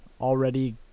already